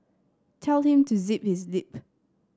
tell him to zip his lip